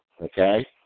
Okay